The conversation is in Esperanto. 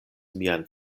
mian